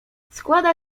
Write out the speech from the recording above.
składa